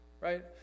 right